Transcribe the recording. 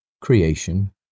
creation